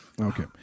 Okay